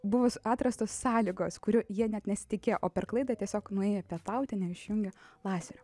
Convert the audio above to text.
bus atrastos sąlygos kurių jie net nesitikėjo o per klaidą tiesiog nuėjo pietauti neišjungę lazerio